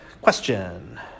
question